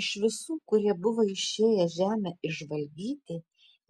iš visų kurie buvo išėję žemę išžvalgyti